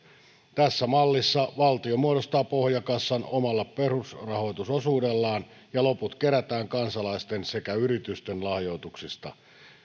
tässä mallissa valtio muodostaa pohjakassan omalla perusrahoitusosuudellaan ja loput kerätään kansalaisten sekä yritysten lahjoituksista